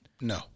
No